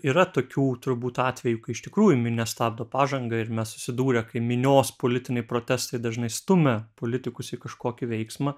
yra tokių turbūt atvejų kai iš tikrųjų minia stabdo pažangą ir mes susidūrę kai minios politiniai protestai dažnai stumia politikus į kažkokį veiksmą